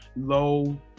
low